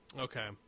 Okay